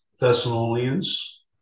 Thessalonians